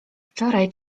wczoraj